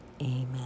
amen